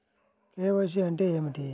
KYC అంటే ఏమి?